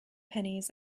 pennies